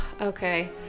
Okay